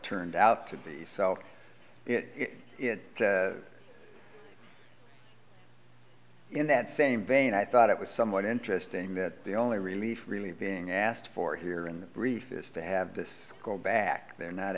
turned out to be so in that same vein i thought it was somewhat interesting that the only relief really being asked for here in the brief is to have this go back they're not